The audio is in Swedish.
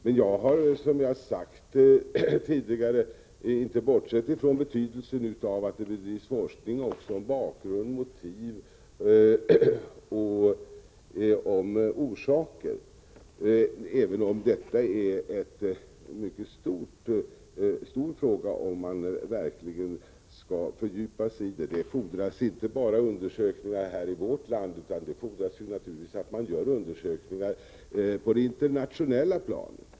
Men jag har, som jag sagt tidigare, inte bortsett från betydelsen av att det bedrivs forskning också om bakgrund, motiv och orsaker, även om detta är en mycket stor fråga om man verkligen skall fördjupa sig i den. Det fordras inte bara undersökningar här i vårt land utan naturligtvis också undersökningar på det internationella planet.